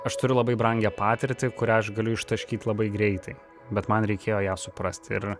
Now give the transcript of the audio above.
aš turiu labai brangią patirtį kurią aš galiu ištaškyt labai greitai bet man reikėjo ją suprasti ir